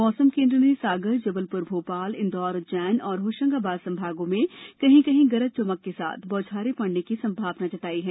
मौसम केन्द्र ने सागर जबलपुर भोपाल इंदौर उज्जैन और होशंगाबाद संभागों में कहीं कहीं गरज चमक के साथ बौछारें पड़ने की संभावना जताई है